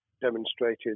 demonstrated